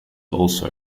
also